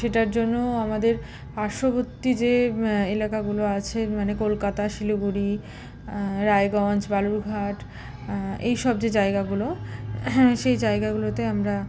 সেটার জন্যও আমাদের পার্শ্ববর্তী যে এলাকাগুলো আছে মানে কলকাতা শিলিগুড়ি রায়গঞ্জ বালুরঘাট এই সব যে জায়গাগুলো সেই জায়গাগুলোতে আমরা